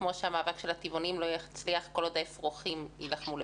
כמו שהמאבק של הטבעונים לא יצליח כל עוד האפרוחים יילחמו לבד.